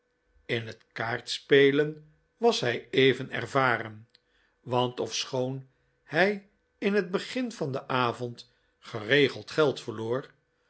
in het kaartspelen was hij even ervaren want ofschoon hij in het begin van den avond geregeld